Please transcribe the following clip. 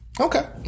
Okay